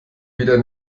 wieder